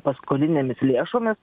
paskolinėmis lėšomis